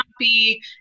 happy